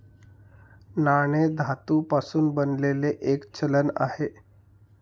नाणे धातू पासून बनलेले एक चलन आहे